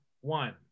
one